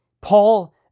Paul